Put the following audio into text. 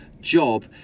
job